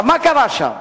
מה קרה שם?